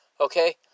okay